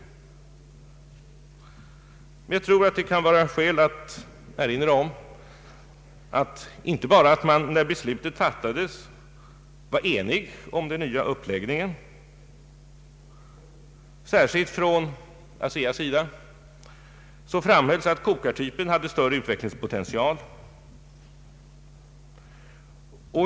Jag tror det kan vara sköl att erinra om att man när beslutet fattades var enig om den nya uppläggningen. Särskilt från ASEA:s sida framhölls att kokartypen hade större utvecklingspotential.